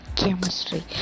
chemistry